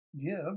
give